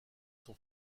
son